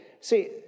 See